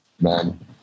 man